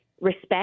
respect